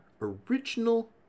original